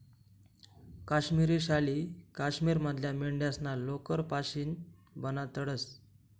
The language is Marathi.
काश्मिरी शाली काश्मीर मधल्या मेंढ्यास्ना लोकर पाशीन बनाडतंस